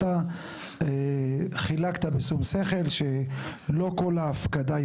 אתה חילקת בשום שכל שלא כל ההפקדה היא